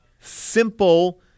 simple